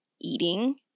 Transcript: eating